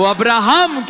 Abraham